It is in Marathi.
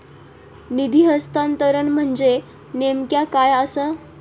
निधी हस्तांतरण म्हणजे नेमक्या काय आसा?